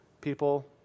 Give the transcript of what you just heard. people